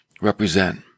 represent